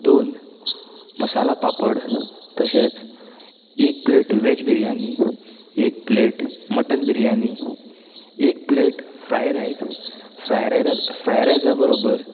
दोन मसाला पापड तशेंच एक प्लेट वॅज बिर्याणी एक प्लेट मटन बिर्याणी एक plate fry rice fry rice fry रायसा बरोबर